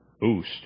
boost